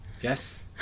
Yes